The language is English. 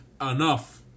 Enough